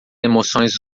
emoções